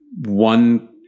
one